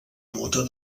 mota